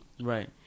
Right